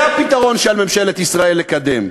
זה הפתרון שעל ממשלת ישראל לקדם.